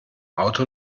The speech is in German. auto